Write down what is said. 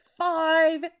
Five